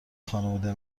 خانواده